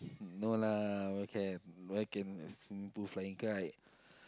no lah where can where can swimming pool flying kite